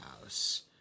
house